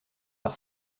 par